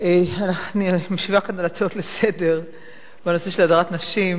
אני משיבה כאן על הצעות לסדר בנושא של הדרת נשים